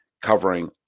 covering